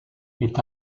est